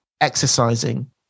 exercising